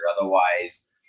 Otherwise